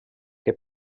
que